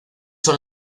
son